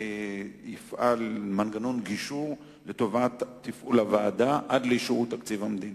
יפעל מנגנון גישור לטובת תפעול הוועדה עד לאישור תקציב המדינה.